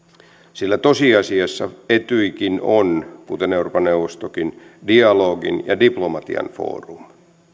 sillä tosiasiassa etyjkin on kuten euroopan neuvostokin dialogin ja diplomatian foorumi